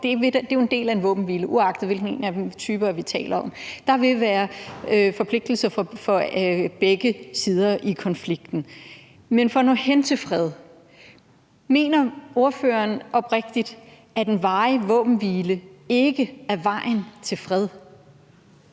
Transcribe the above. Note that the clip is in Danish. Det er jo en del af en våbenhvile, uagtet hvilken type vi taler om, at der vil være forpligtelser for begge sider i konflikten. Men for at nå hen til fred og mener ordføreren så oprigtigt, at en varig våbenhvile ikke er vejen til fred?